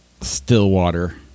Stillwater